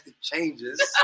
changes